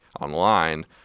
online